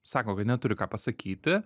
sako kad neturi ką pasakyti